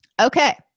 Okay